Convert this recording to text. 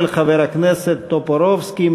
של חבר הכנסת טופורובסקי.